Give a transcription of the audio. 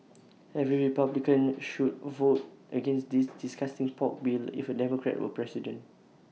every republican should vote against this disgusting pork bill if A Democrat were president